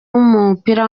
w’umupira